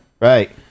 Right